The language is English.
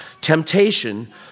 temptation